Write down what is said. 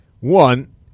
One